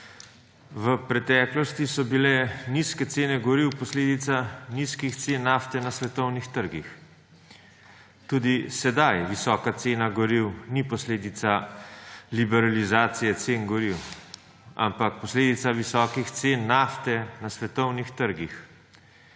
V preteklosti so bile nizke cene goriv posledica nizkih cen nafte na svetovnih trgih. Tudi sedaj visoka cena goriv ni posledica liberalizacije cen goriv, ampak posledica visokih cen nafte na svetovnih trgih.